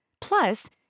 Plus